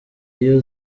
iyo